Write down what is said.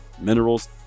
minerals